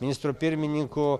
ministrų pirmininkų